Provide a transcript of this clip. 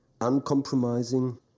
uncompromising